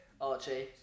Archie